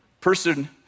Person